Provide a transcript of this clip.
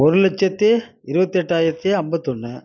ஒரு லட்சத்தி இருபத்தெட்டாயிரத்தி ஐம்பத்தொன்னு